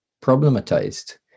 problematized